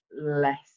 less